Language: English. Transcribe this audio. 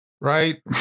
Right